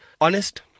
honest